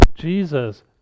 Jesus